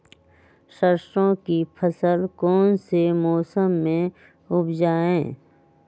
सरसों की फसल कौन से मौसम में उपजाए?